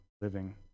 living